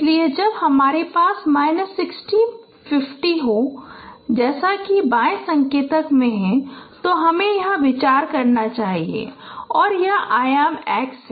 इसलिए जब हमारे पास माइनस 60 माइनस 50 हो जैसा कि बाएं संकेतन में है तो हमें यहाँ पर विचार करना चाहिए और यह आयाम x है